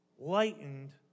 lightened